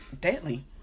Deadly